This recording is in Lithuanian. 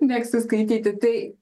mėgstu skaityti tai